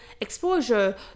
exposure